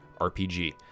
RPG